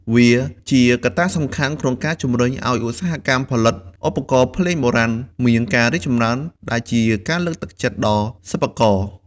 វាជាកត្តាសំខាន់ក្នុងការជំរុញឱ្យឧស្សាហកម្មផលិតឧបករណ៍ភ្លេងបុរាណមានការរីកចម្រើន ដែលជាការលើកទឹកចិត្តដល់សិប្បករ។